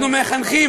מילא אותנו אתה מקלקל.